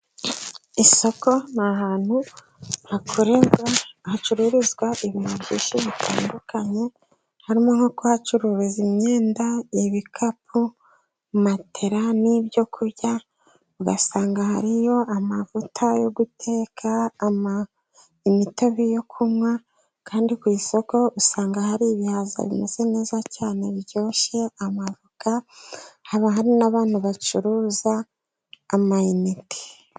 Isoko ni ahantu hacururizwa ibintu byinshi bitandukanye, harimo nko kuhacururiza imyenda, ibikapu, matera, n'ibyo kurya. Ugasanga hariyo amavuta yo guteka imitobe yo kunywa kandi ku isoko usanga hari ibihaza bimeze neza cyane biryoshye amavoka, haba hari n'abantu bacuruza amayinite.